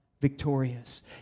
victorious